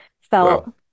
felt